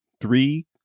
three